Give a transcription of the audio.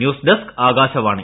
news desk Akashvani